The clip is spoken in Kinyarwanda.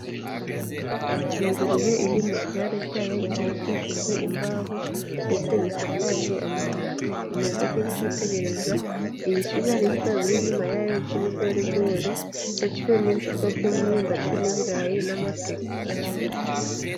Ingurube iri mu kiraro cyayo cyubakishijwe imbaho ndetse gisakajwe amabati. Imeze nk'iri kwitegereza ibisigarizwa biri inyuma yayo by'ibigorigori ndetse n'ibishishwa by'imyumbati n'ibirayi n'amateke.